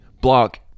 block